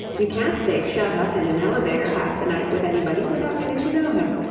you can't stay shut up in an elevator half the night with anybody without getting to know him.